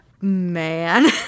Man